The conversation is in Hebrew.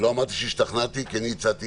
לא אמרתי שהשתכנעתי, כי אני הצעתי